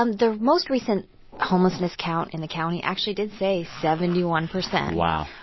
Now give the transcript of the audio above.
um the most recent homelessness count in the county actually did say seventy one percent. wow.